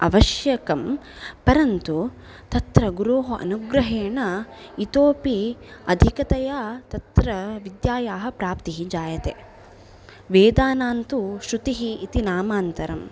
आवश्यकं परन्तु तत्र गुरोः अनुग्रहेण इतोऽपि अधिकतया तत्र विद्यायाः प्राप्तिः जायते वेदानान्तु श्रुतिः इति नामान्तरं